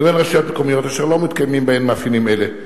לבין רשויות מקומיות אשר לא מתקיימים בהן מאפיינים אלה.